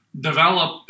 develop